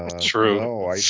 True